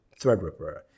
Threadripper